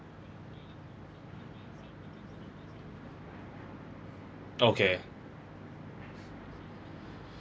okay